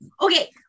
Okay